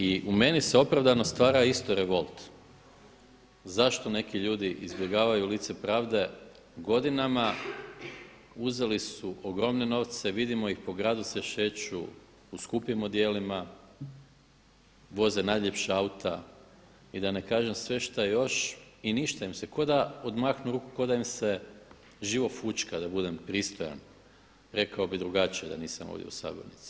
I u meni se opravdano stvara isto revolt zašto neki ljudi izbjegavaju lice pravde godinama, uzeli su ogromne novce, vidimo ih po gradu se šeću u skupim odjelima, voze najviša auta i da ne kažem sve što još, i ništa im se, kao da odmahnu ruku kao da im se živo fućka, da budem pristojan, rekao bih drugačije da nisam ovdje u sabornici.